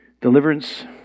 deliverance